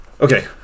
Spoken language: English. Okay